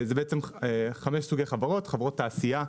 זה בעצם חמש סוגי חברות, חברות תעשייה,